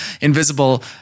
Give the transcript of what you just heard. invisible